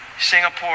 Singapore